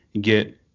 get